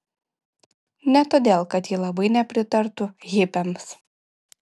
ne todėl kad ji labai nepritartų hipiams